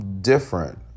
different